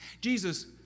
Jesus